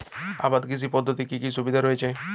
আবাদ কৃষি পদ্ধতির কি কি সুবিধা রয়েছে?